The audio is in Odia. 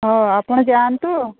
ହଉ ଆପଣ ଯାଆନ୍ତୁ